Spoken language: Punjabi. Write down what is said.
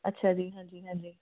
ਅੱਛਾ ਜੀ ਹਾਂਜੀ ਹਾਂਜੀ